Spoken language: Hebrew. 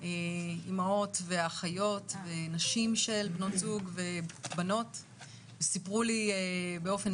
אימהות ואחיות ונשים של בנות זוג ובנות וסיפרו לי באופן